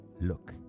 Look